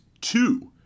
two